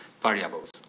variables